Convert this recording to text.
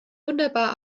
wunderbar